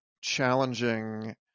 challenging